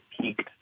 peaked